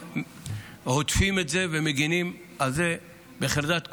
עוטפים את זה ומגנים על זה בחרדת קודש,